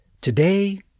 Today